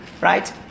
Right